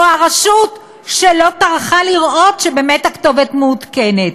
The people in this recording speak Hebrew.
או הרשות שלא טרחה לראות שבאמת הכתובת מעודכנת?